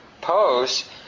pose